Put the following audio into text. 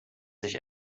sich